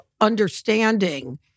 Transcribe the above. understanding